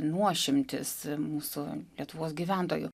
nuošimtis mūsų lietuvos gyventojų